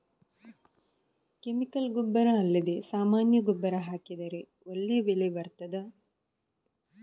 Chemical ಗೊಬ್ಬರ ಅಲ್ಲದೆ ಸಾಮಾನ್ಯ ಗೊಬ್ಬರ ಹಾಕಿದರೆ ಒಳ್ಳೆ ಬೆಳೆ ಬರ್ತದಾ?